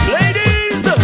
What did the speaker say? Ladies